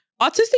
Autistic